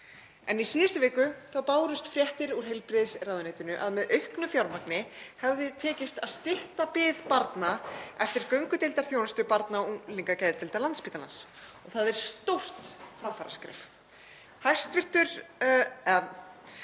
En í síðustu viku bárust fréttir úr heilbrigðisráðuneytinu um að með auknu fjármagni hefði tekist að stytta bið barna eftir göngudeildarþjónustu barna- og unglingageðdeildar Landspítalans, og það er stórt framfaraskref. Við